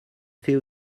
fait